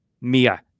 Mia